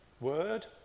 word